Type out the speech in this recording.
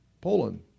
Poland